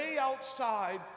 outside